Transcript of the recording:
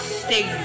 stay